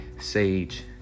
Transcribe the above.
Sage